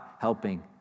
helping